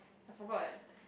I forgot leh